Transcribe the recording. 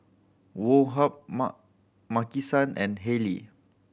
Woh Hup Mar Maki San and Haylee